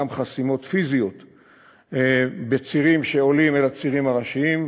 גם חסימות פיזיות בצירים שעולים אל הצירים הראשיים,